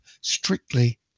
Strictly